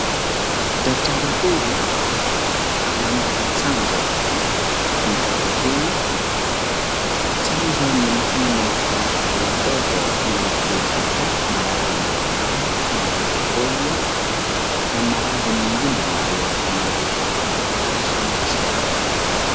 Daktari huyu anampa chanjo mtoto huyu. Chanjo ni muhimu kwa watoto wadogo ili kuepuka maradhi mbali mbali kama vile polio, na maradhi mengine ambayo yanaweza kuhatarisha maisha yao.